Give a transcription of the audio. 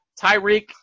Tyreek